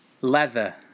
Leather